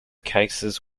cases